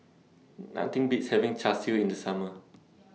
Nothing Beats having Char Siu in The Summer